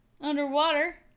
underwater